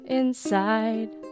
inside